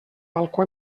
balcó